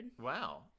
Wow